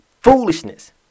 foolishness